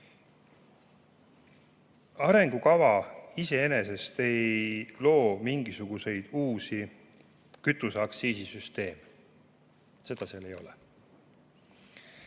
Arengukava iseenesest ei loo mingisuguseid uusi kütuseaktsiisi süsteeme. Seda seal ei ole.